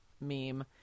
meme